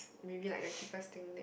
maybe like the cheapest thing there